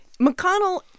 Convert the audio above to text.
McConnell